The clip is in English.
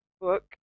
book